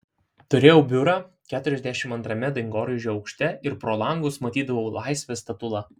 turėjau biurą keturiasdešimt antrame dangoraižio aukšte ir pro langus matydavau laisvės statulą